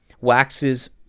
waxes